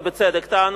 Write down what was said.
בצדק טען,